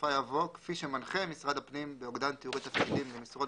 ובסופה יבוא "כפי שמנחה משרד הפנים באוגדן תיאורי תפקידים למשרות